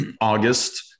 August